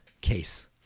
case